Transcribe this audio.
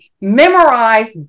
memorize